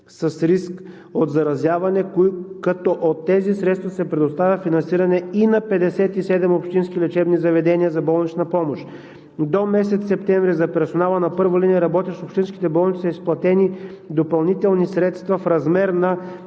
с риск от заразяване, като от тези средства се предоставя финансиране и на 57 общински лечебни заведения за болнична помощ. До месец септември за персонала на първа линия, работещ в общинските болници, са изплатени допълнителни средства в размер на